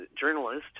journalist